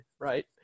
right